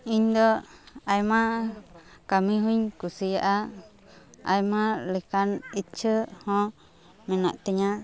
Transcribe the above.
ᱤᱧ ᱫᱚ ᱟᱭᱢᱟ ᱠᱟᱹᱢᱤ ᱦᱚᱸᱧ ᱠᱩᱥᱤᱭᱟᱜᱼᱟ ᱟᱭᱢᱟ ᱞᱮᱠᱟᱱ ᱤᱪᱪᱷᱟᱹ ᱦᱚᱸ ᱢᱮᱱᱟᱜ ᱛᱤᱧᱟᱹ